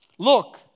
Look